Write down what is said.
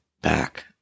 back